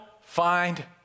find